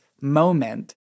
moment